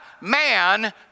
man